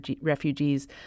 refugees